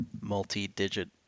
multi-digit